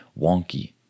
wonky